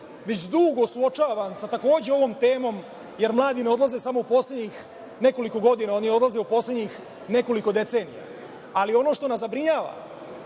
već dugo suočava, sa takođe ovom temom, jer mladi ne odlaze samo u poslednjih nekoliko godina, oni odlaze u poslednjih nekoliko decenija. Ono što nas zabrinjava,